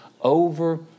over